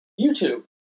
YouTube